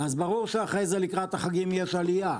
אז ברור שאחרי זה לקראת החגים יש עלייה,